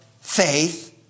faith